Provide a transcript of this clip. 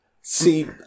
See